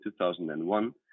2001